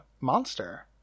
monster